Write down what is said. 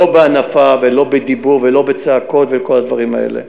לא בהנפה, לא בדיבור ולא בצעקות, וכל הדברים האלה.